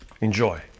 Enjoy